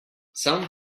some